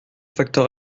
facteur